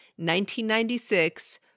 1996